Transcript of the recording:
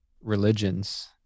religions